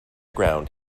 ground